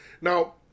Now